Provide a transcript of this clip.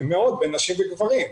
בין נשים לגברים.